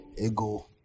Ego